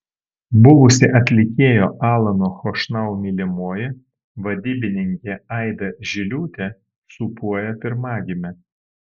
buvusi atlikėjo alano chošnau mylimoji vadybininkė aida žiliūtė sūpuoja pirmagimę